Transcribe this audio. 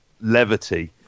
levity